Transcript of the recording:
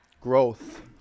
growth